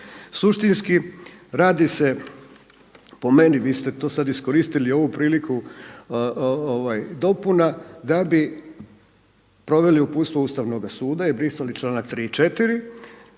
suštinski radi se, po meni, vi ste to sad iskoristili ovu priliku dopuna da bi proveli uputstvo Ustavnoga suda i brisali članak 3. i 4.